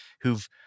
who've